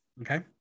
okay